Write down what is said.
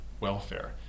welfare